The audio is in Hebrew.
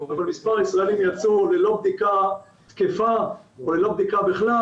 אבל מספר ישראלים יצאו ללא בדיקה תקפה או ללא בדיקה בכלל.